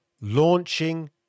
launching